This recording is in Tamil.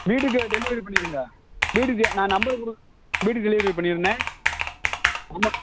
வீட்டுக்கு டெலிவரி பண்ணிடுங்க வீட்டுக்கு நான் நம்பர் கொடுக் வீட்டுக்கு டெலிவரி பண்ணிடுண்ணே ஆமாம்